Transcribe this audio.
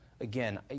Again